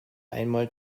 einmal